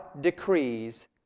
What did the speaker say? decrees